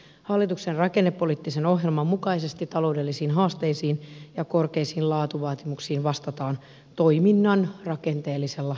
hallituksen rakennepoliittisen ohjelman mukaisesti taloudellisiin haasteisiin ja korkeisiin laatuvaatimuksiin vastataan toiminnan rakenteellisella kehittämisellä